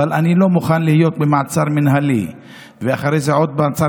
אבל אני לא מוכן להיות במעצר מינהלי ואחרי זה עוד מעצר